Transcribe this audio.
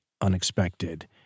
unexpected